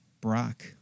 Brock